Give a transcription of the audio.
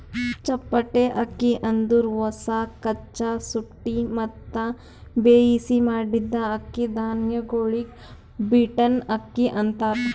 ಚಪ್ಪಟೆ ಅಕ್ಕಿ ಅಂದುರ್ ಹೊಸ, ಕಚ್ಚಾ, ಸುಟ್ಟಿ ಮತ್ತ ಬೇಯಿಸಿ ಮಾಡಿದ್ದ ಅಕ್ಕಿ ಧಾನ್ಯಗೊಳಿಗ್ ಬೀಟನ್ ಅಕ್ಕಿ ಅಂತಾರ್